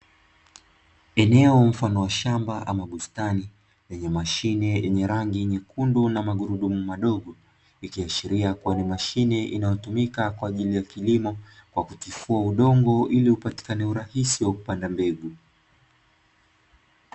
Eneo mfano wa shamba ama bustani lenye mashine ya rangi nyekundu na magurudumu madogo, ikiashiria kuwa ni mashine inayotumika kwa ajili ya kilimo kwa kutifua udongo ili upatikane urahisi wa kupanda mbegu.